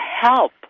help